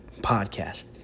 podcast